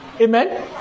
Amen